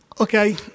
Okay